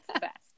best